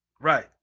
Right